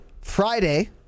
Friday